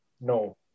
No